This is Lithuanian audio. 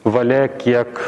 valia kiek